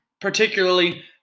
particularly